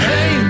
Hey